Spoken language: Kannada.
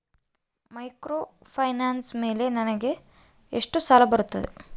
ಮೈಕ್ರೋಫೈನಾನ್ಸ್ ಮೇಲೆ ನನಗೆ ಎಷ್ಟು ಸಾಲ ಬರುತ್ತೆ?